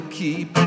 keep